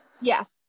yes